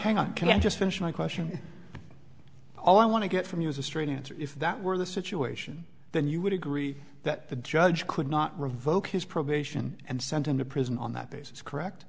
can just finish my question all i want to get from you is a straight answer if that were the situation then you would agree that the judge could not revoke his probation and sent him to prison on that basis correct